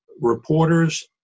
reporters